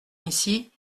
ici